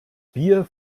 bier